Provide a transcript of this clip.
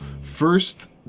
first